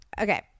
Okay